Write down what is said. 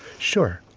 sure.